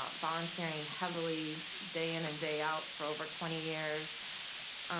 um volunteering heavily day in and day out for over twenty years,